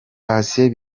patient